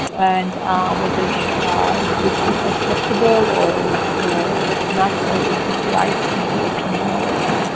and whether this is acceptable or not, or is this right, and your opinion on that.